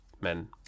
men